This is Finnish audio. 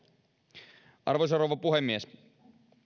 arvoisa rouva puhemies